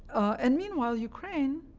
and meanwhile, ukraine,